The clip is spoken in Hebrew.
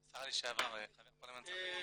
השרה לשעבר, חבר הפרלמנט הצרפתי,